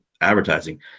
advertising